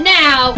now